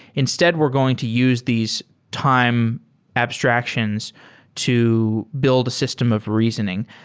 instead we're going to use these time abstractions to build a system of reasoning.